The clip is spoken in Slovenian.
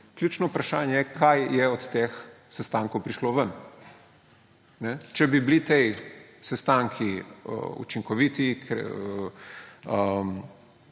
Ključno vprašanje je, kaj je od teh sestankov prišlo ven. Če bi bili ti sestanki učinkoviti,